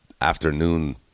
afternoon